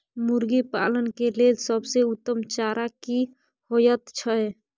मुर्गी पालन के लेल सबसे उत्तम चारा की होयत छै?